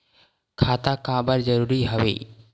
खाता का बर जरूरी हवे?